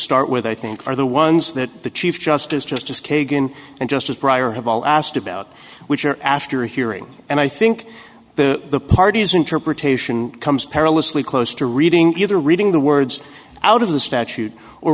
start with i think are the ones that the chief justice justice kagan and justice briar have all asked about which are after hearing and i think the parties interpretation comes perilously close to reading either reading the words out of the statute or